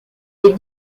les